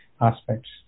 aspects